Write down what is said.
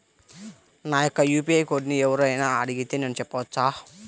నా యొక్క యూ.పీ.ఐ కోడ్ని ఎవరు అయినా అడిగితే నేను చెప్పవచ్చా?